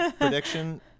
Prediction